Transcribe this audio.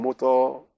motor